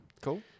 Cool